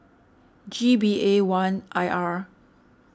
G B A one I R